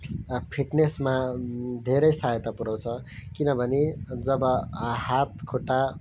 फिटनेसमा धेरै सहायता पुऱ्याउँछ किनभने जब हात खुट्टा